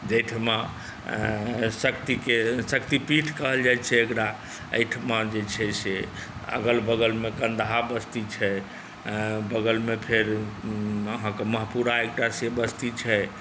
जाहिठाम शक्तिके शक्तिपीठ कहल जाइ छै एकरा अहिठाम जे छै से अगल बगलमे कन्दाहा बस्ती छै एहि बगलमे फेर अहाँकए महपुरासँ एकटा बस्ती छै